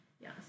Yes